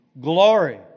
glory